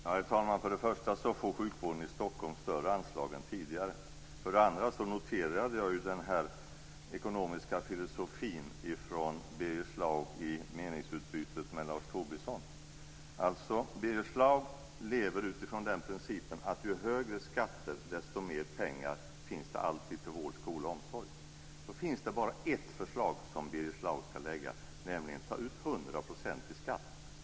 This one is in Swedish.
Herr talman! För det första får sjukvården i Stockholm större anslag än tidigare. För det andra noterar jag den ekonomiska filosofin från Birger Schlaug i meningsutbytet med Lars Tobisson. Birger Schlaug lever utifrån principen ju högre skatter, desto mera pengar finns det alltid till vård, skola och omsorg. Då finns det bara ett förslag som Birger Schlaug skall lägga, nämligen att ta ut 100 % i skatt.